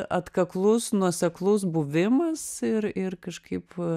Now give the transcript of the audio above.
atkaklus nuoseklus buvimas ir ir kažkaip